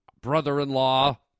brother-in-law